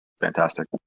fantastic